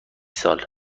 سال